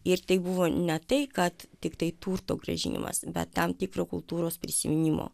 ir tai buvo ne tai kad tiktai turto grąžinimas bet tam tikro kultūros prisiminimo